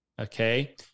Okay